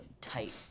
tight